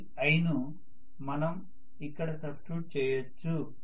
ఈ i ను మనము ఇక్కడ సబ్స్టిట్యూట్ చేయొచ్చు